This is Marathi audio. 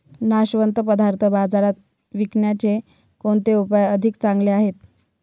नाशवंत पदार्थ बाजारात विकण्याचे कोणते उपाय अधिक चांगले आहेत?